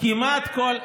כמעט הכול.